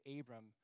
Abram